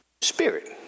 spirit